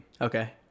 Okay